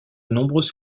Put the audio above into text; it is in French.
nombreuses